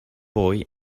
boy